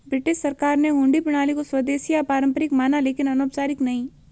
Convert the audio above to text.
British सरकार ने हुंडी प्रणाली को स्वदेशी या पारंपरिक माना लेकिन अनौपचारिक नहीं